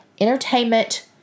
entertainment